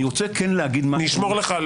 אני רוצה כן להגיד משהו --- אני אשמור לך על